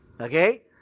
okay